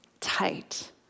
tight